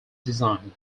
design